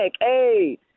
hey